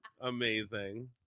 Amazing